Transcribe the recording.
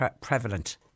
prevalent